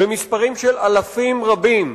אלא במספרים של אלפים רבים,